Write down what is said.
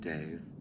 Dave